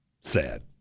Sad